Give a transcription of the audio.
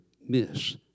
miss